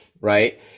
right